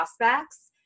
prospects